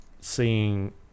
seeing